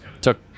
Took